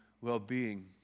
well-being